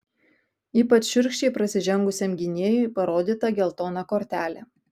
ypač šiurkščiai prasižengusiam gynėjui parodyta geltona kortelė